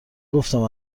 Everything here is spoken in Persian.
گفتم